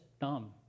dumb